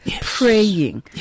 praying